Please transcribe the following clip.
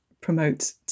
promote